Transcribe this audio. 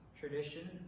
tradition